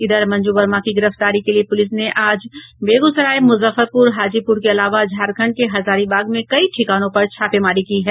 इधर मंजू वर्मा की गिरफ्तारी के लिये पूलिस ने आज बेगूसराय मूजफ्फरपूर हाजीपूर के अलावा झारखंड के हजारीबाग में कई ठिकानों पर छापेमारी की है